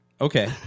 Okay